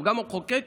וגם המחוקק,